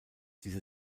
diese